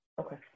Okay